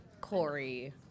Corey